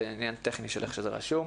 זה עניין טכני של איך שזה רשום.